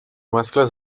mascles